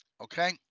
Okay